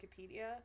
Wikipedia